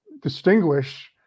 distinguish